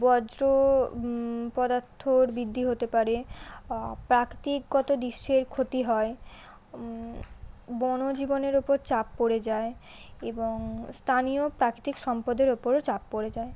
বর্জ্য পদার্থর বৃদ্ধি হতে পারে প্রকৃতিগত দৃশ্যের ক্ষতি হয় বন জীবনের উপর চাপ পড়ে যায় এবং স্থানীয় প্রাকৃতিক সম্পদের উপরও চাপ পড়ে যায়